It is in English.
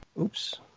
oops